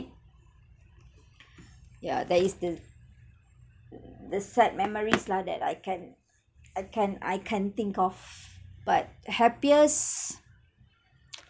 yeah that is the the sad memories lah that I can I can I can think of but happiest